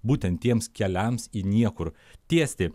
būtent tiems keliams į niekur tiesti